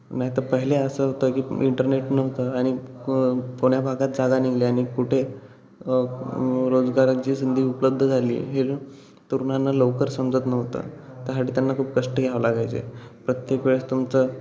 नाहीतर पहिले असं होतं की इंटरनेट नव्हतं आणि को कोण्या भागात जागा निघाली आणि कुठे रोजगारांची संधी उपलब्ध झाली हे तरुणांना लवकर समजत नव्हतं त्यासाठी त्यांना खूप कष्ट घ्यावे लागायचे प्रत्येक वेळेस तुमचं